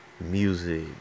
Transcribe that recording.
music